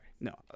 no